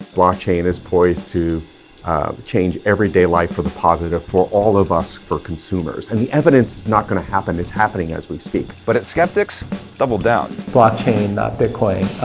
blockchain is poised to change everyday life for the positive for all of us for consumers. and the evidence is not gonna happen, it's happening as we speak. but its skeptics double-down. blockchain, not bitcoin,